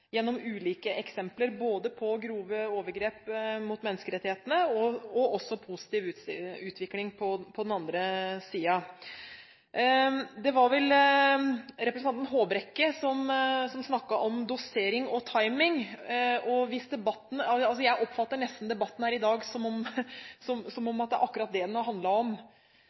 gjennom ulike eksempler, både grove overgrep mot menneskerettighetene og positiv utvikling. Det var vel representanten Håbrekke som snakket om dosering og timing, og jeg oppfatter nesten debatten her i dag som om det er akkurat det den har handlet om.